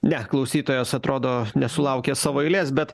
ne klausytojas atrodo nesulaukė savo eilės bet